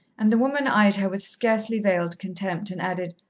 and the woman eyed her with scarcely veiled contempt and added,